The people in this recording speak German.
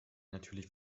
natürlich